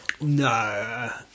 No